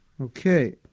Okay